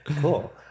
Cool